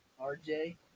RJ